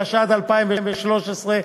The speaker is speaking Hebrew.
התשע"ד 2013,